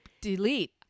Delete